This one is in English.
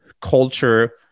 culture